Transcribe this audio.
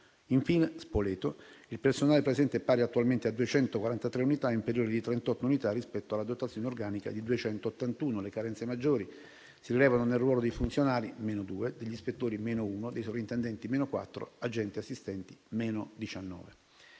Infine, a Spoleto il personale presente è pari attualmente a 243 unità, inferiore di 38 unità rispetto alla dotazione organica di 281. Le carezze maggiori si rilevano nel ruolo dei funzionari (-2), degli ispettori (-1), dei sovrintendenti (-4), degli agenti-assistenti (-19).